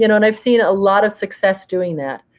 you know and i've seen a lot of success doing that.